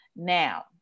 Now